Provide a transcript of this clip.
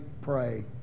pray